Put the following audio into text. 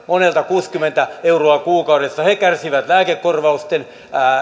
monelta kuusikymmentä euroa kuukaudessa he kärsivät lääkekorvausten